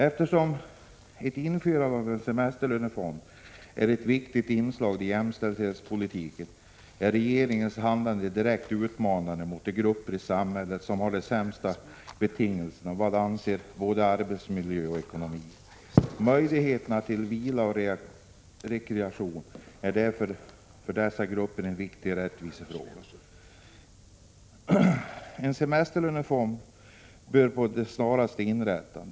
Eftersom ett införande av en semesterlönefond är ett viktigt inslag i jämställdhetspolitiken, är regeringens handlande direkt utmanande mot de grupper i samhället som har de sämsta betingelserna vad avser både arbetsmiljö och ekonomi. Möjligheter till vila och rekreation är för dessa grupper en viktig rättvisefråga. En semesterlönefond bör å det snaraste inrättas.